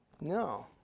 No